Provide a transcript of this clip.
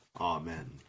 Amen